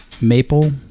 maple